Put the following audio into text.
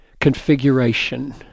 configuration